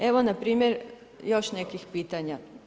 Evo npr. još nekih pitanja.